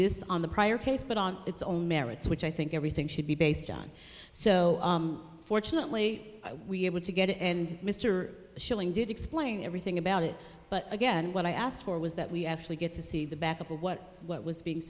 this on the prior case but on its own merits which i think everything should be based on so fortunately we able to get it and mr schilling did explain everything about it but again what i asked for was that we actually get to see the back up of what what was being